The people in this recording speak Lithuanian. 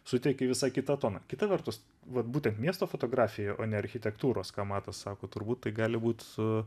suteikė visai kitą toną kita vertus vat būtent miesto fotografija o ne architektūros ką matas sako turbūt tai gali būt su